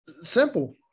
simple